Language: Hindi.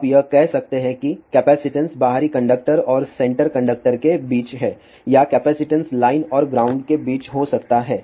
आप कह सकते हैं कि कैपेसिटेंस बाहरी कंडक्टर और सेंटर कंडक्टर के बीच है या कैपेसिटेंस लाइन और ग्राउंड के बीच हो सकता है